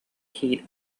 heat